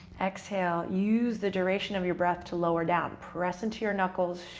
exhale. use the duration of your breath to lower down. press into your knuckles.